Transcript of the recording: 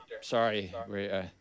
Sorry